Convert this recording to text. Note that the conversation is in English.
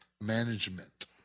management